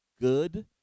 good –